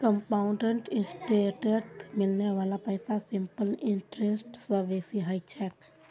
compound इंटरेस्टत मिलने वाला पैसा सिंपल इंटरेस्ट स बेसी ह छेक